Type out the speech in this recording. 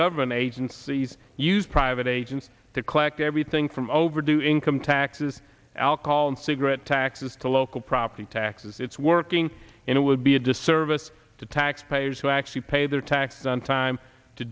government agencies use private agents to collect everything from overdue income taxes alcohol and cigarette taxes to local property taxes it's working and it would be a disservice to taxpayers who actually pay their taxes on time to